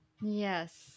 Yes